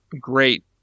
Great